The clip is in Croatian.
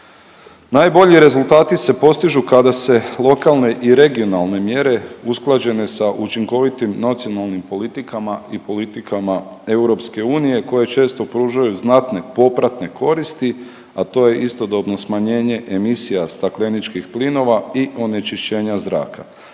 Najbolji rezultati se postižu kada se lokalne i regionalne mjere, usklađene sa učinkovitim nacionalnim politikama i politikama EU koje često pružaju znatne popratne koristi, a to je istodobno smanjenje emisija stakleničkih plinova i onečišćenja zraka.